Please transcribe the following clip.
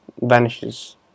vanishes